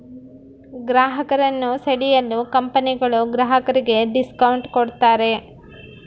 ಗ್ರಾಹಕರನ್ನು ಸೆಳೆಯಲು ಕಂಪನಿಗಳು ಗ್ರಾಹಕರಿಗೆ ಡಿಸ್ಕೌಂಟ್ ಕೂಡತಾರೆ